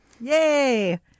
Yay